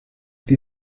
die